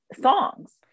songs